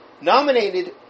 Nominated